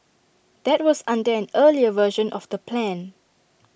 that was under an earlier version of the plan